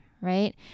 right